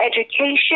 education